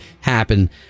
happen